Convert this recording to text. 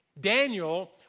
Daniel